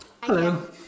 Hello